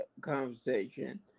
conversation